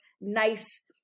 nice